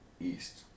East